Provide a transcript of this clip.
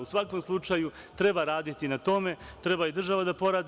U svakom slučaju, treba raditi na tome, treba i država da poradi.